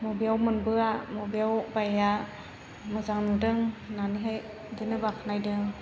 बबेयाव मोनबोआ बबेयाव बाया मोजां नुदों होननानैहाय बिदिनो बाखनायदों